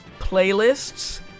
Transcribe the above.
playlists